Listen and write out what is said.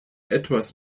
etwas